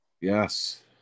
Yes